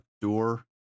door